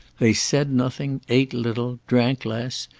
they said nothing, ate little, drank less,